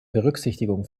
berücksichtigung